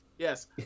Yes